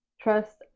trust